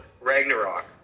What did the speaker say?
Ragnarok